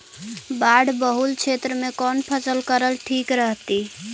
बाढ़ बहुल क्षेत्र में कौन फसल करल ठीक रहतइ?